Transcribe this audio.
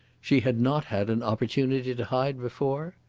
she had not had an opportunity to hide before?